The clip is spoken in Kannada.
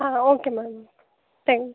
ಹಾಂ ಓಕೆ ಮ್ಯಾಮ್ ತ್ಯಾಂಕ್